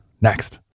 next